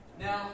Now